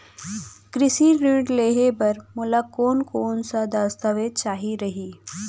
कृषि ऋण लेहे बर मोला कोन कोन स दस्तावेज चाही रही?